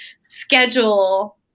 schedule